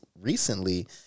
recently